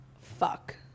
Fuck